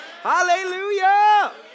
Hallelujah